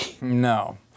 no